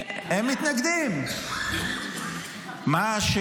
הם מתנגדים, נקודה.